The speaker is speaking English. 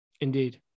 indeed